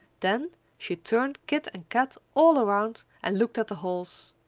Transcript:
then she turned kit and kat all around and looked at the holes.